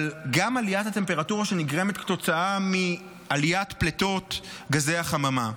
אבל גם עליית הטמפרטורה שנגרמת מעליית פליטות גזי החממה.